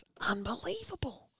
Unbelievable